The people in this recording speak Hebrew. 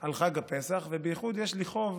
על חג הפסח, ובייחוד יש לי חוב